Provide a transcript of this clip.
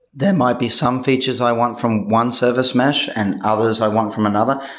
there might be some features i want from one service mesh and others i want from another.